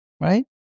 right